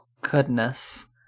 Goodness